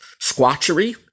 squatchery